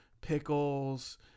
pickles